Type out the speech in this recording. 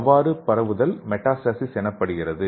இவ்வாறு பரவுதல் மெடாஸ்டசிஸ் எனப்படுகிறது